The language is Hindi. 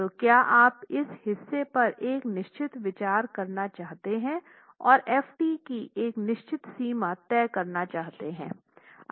तो क्या आप इस हिस्से पर एक निश्चित विचार करना चाहते हैं और F t की एक निश्चित सीमा तय करना चाहते हैं